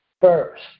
first